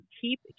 keep